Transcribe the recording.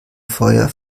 feuer